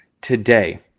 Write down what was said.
today